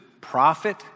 profit